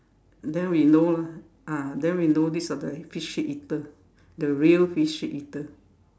then we know lah ah then we know this were the fish head eater the real fish head eater